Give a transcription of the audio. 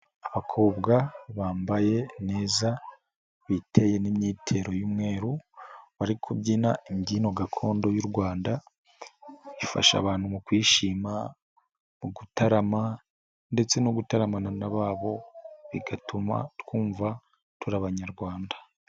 Abakobwa bambaye neza bitewe n'imyitero y'umweru, bari kubyina imbyino gakondo y'u Rwanda, ifasha abantu mu kwishima, mu gutarama ndetse no gutaramana n'ababo bigatuma twumva turi abanyarwanda.